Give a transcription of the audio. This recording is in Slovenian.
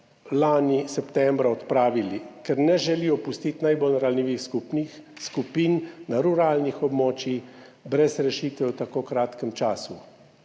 lani septembra odpravili, ker ne želijo pustiti najbolj ranljivih skupin na ruralnih območjih brez rešitve v tako kratkem času.